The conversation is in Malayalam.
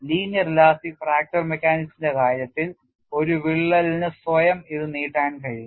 ലീനിയർ ഇലാസ്റ്റിക് ഫ്രാക്ചർ മെക്കാനിക്സിന്റെ കാര്യത്തിൽ ഒരു വിള്ളലിന് സ്വയം ഇത് നീട്ടാൻ കഴിയും